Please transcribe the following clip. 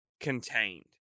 contained